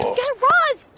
guy raz,